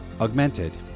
Augmented